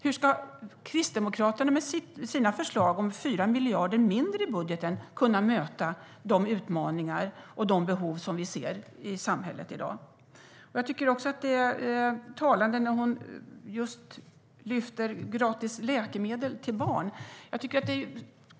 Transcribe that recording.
Hur ska Kristdemokraterna med sina förslag om 4 miljarder mindre i budgeten kunna möta de utmaningar och behov som vi ser i samhället i dag? Jag tycker att det är talande att Emma Henriksson lyfter fram det här med gratis läkemedel till barn.